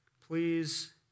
Please